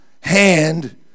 hand